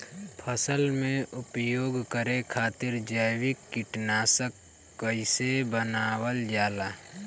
फसल में उपयोग करे खातिर जैविक कीटनाशक कइसे बनावल जाला?